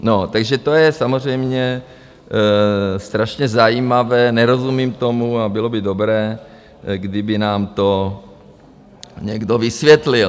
No takže to je samozřejmě strašně zajímavé, nerozumím tomu a bylo by dobré, kdyby nám to někdo vysvětlil.